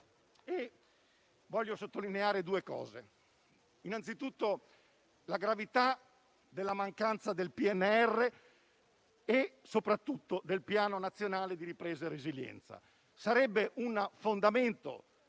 voglio sottolineare due punti. Innanzitutto, la gravità della mancanza del PNR e, soprattutto, del Piano nazionale di ripresa e resilienza. Sarebbe un fondamento